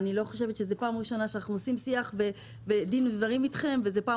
אנחנו מקיימים שיח ודין ודברים אתכם וזו הפעם